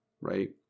right